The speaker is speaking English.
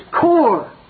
core